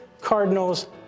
Cardinals